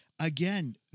again